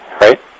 right